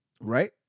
Right